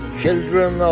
children